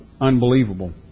Unbelievable